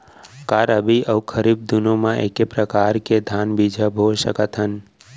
का रबि अऊ खरीफ दूनो मा एक्के प्रकार के धान बीजा बो सकत हन?